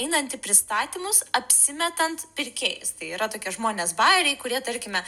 einant į pristatymus apsimetant pirkėjais tai yra tokie žmonės bajeriai kurie tarkime